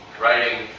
writing